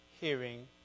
hearing